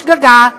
בשגגה,